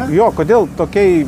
jo kodėl tokiai